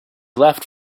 left